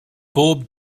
bob